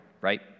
Right